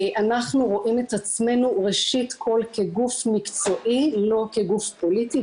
אנחנו רואים את עצמנו ראשית כל כגוף מקצועי לא כגוף פוליטי,